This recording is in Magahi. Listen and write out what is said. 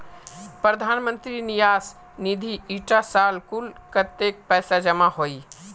प्रधानमंत्री न्यास निधित इटा साल कुल कत्तेक पैसा जमा होइए?